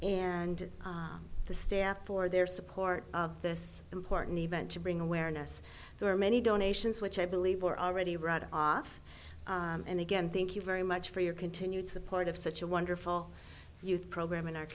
and the staff for their support of this important event to bring awareness for many donations which i believe were already read off and again thank you very much for your continued support of such a wonderful youth program in our